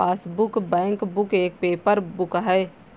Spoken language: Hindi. पासबुक, बैंकबुक एक पेपर बुक है